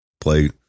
play